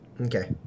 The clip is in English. okay